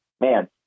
man